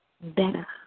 better